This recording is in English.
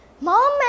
Mom